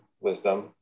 wisdom